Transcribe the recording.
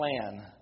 plan